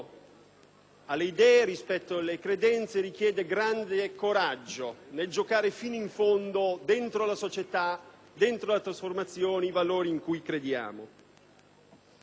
alle idee e alle credenze; esige grande coraggio nel giocare fino in fondo dentro la società e dentro le trasformazioni e i valori in cui crediamo.